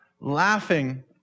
laughing